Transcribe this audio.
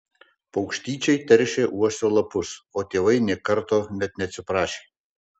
paukštyčiai teršė uosio lapus o tėvai nė karto net neatsiprašė